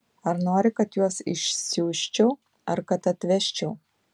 ar nori kad juos išsiųsčiau ar kad atvežčiau